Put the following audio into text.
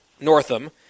Northam